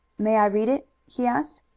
may i read it? he asked.